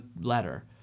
letter